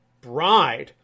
bride